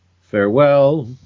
Farewell